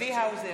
צבי האוזר,